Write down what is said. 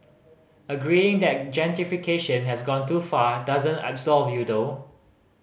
agreeing that has gone too far doesn't absolve you though